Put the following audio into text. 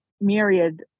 myriad